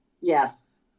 Yes